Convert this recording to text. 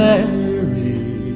Mary